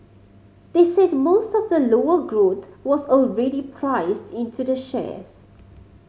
they said most of the lower growth was already priced into the shares